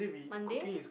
Monday